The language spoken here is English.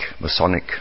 Masonic